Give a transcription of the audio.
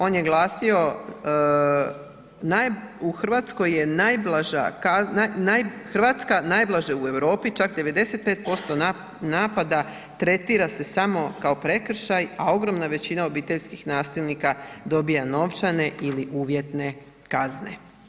On je glasio, u Hrvatskoj je najblaža, Hrvatska najblaže u Europi, čak 95% napada tretira se samo kao prekršaj, a ogromna većina obiteljskih nasilnika dobiva novčane ili uvjetne kazne.